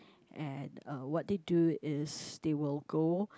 and uh what they do is they will go